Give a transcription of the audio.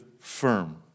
firm